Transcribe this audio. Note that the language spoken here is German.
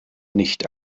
nicht